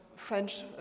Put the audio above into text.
French